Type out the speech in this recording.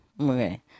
Okay